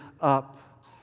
up